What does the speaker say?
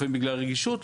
לפעמים בגלל רגישות,